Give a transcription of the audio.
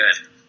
good